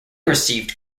received